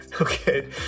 Okay